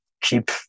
keep